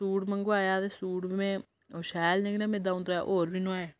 suit मंगवाया ते suit में ओह् शैल निकलेआ में द'ऊं त्रै होर बी नुआए